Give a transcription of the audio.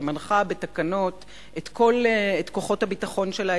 שמנחה בתקנות את כל כוחות הביטחון שלה,